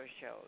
shows